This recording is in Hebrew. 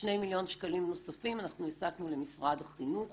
שני מיליון שקלים נוספים אנחנו הסטנו למשרד החינוך